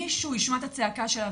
מישהו ישמע את הצעקה שלה.